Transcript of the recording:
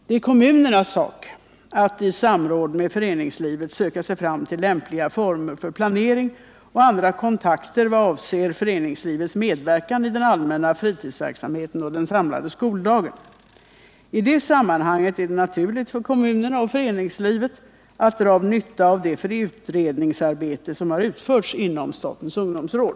Det är kommunernas sak att i samråd med föreningslivet söka sig fram till lämpliga former för planering och andra kontakter vad avser föreningslivets medverkan i den allmänna fritidsverksamheten och den samlade skoldagen. I det sammanhanget är det naturligt för kommunerna och föreningslivet att dra nytta av det utredningsarbete som utförts inom statens ungdomsråd.